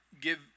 give